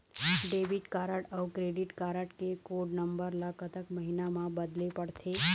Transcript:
Debit card अऊ credit card के code number ला कतक महीना मा बदले पड़थे?